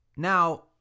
Now